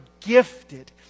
gifted